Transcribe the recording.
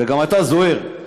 וגם אתה, זוהיר.